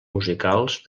musicals